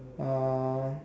uh